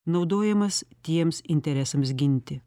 naudojamas tiems interesams ginti